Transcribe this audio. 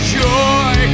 joy